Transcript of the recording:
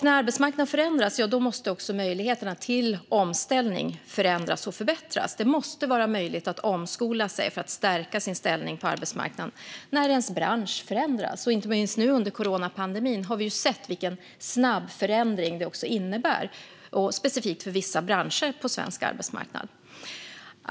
När arbetsmarknaden förändras måste också möjligheterna till omställning förändras och förbättras. Det måste vara möjligt att omskola sig för att stärka sin ställning på arbetsmarknaden när ens bransch förändras. Inte minst nu under coronapandemin har vi sett vilken snabb förändring det innebär specifikt för vissa branscher på svensk arbetsmarknad.